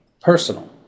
personal